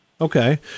Okay